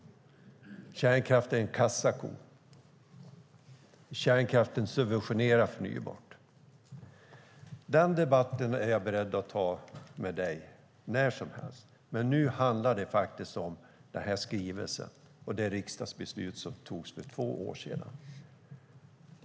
Kärnkraften är en kassako. Kärnkraften subventionerar förnybara energikällor. Jag är beredd att ta den debatten när som helst, men nu handlar det faktiskt om den här skrivelsen och det riksdagsbeslut som fattades för två år sedan.